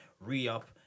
re-up